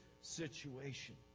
situation